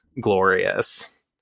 glorious